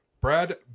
Brad